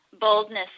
Boldness